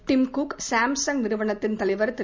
Tim Cook Samsung நிறுனத்தின் தலைவா் திரு